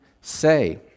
say